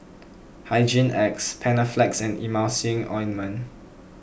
Hygin X Panaflex and Emulsying Ointment